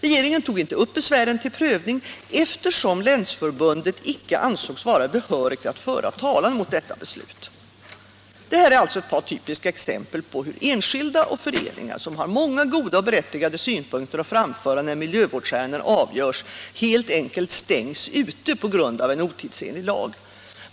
Regeringen tog inte upp besvären till prövning, eftersom länsförbundet icke ansågs vara behörigt att föra talan mot detta beslut. Detta är ett par typiska exempel på hur enskilda och föreningar, som har många goda och berättigade synpunkter att framföra när miljövårdsärenden avgörs, helt enkelt stängs ute på grund av en otidsenlig lag.